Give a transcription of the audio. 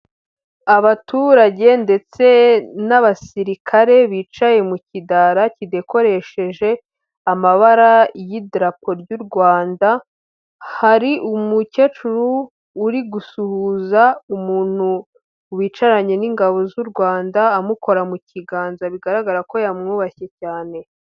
Abaturage ndetse n'abasirikare bicaye mu kidara kidekoresheje amabara y'idarapo ry'u Rwanda, hari umukecuru uri gusuhuza umuntu wicaranye n'ingabo z'u Rwanda amukora mu kiganza bigaragara ko yamwubashye cyane.